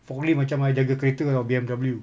forklift macam I jaga kereta tahu B_M_W